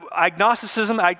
Agnosticism